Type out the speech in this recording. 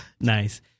Nice